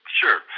Sure